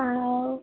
ଆଉ